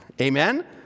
Amen